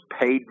paid